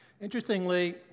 Interestingly